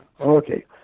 Okay